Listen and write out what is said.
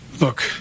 look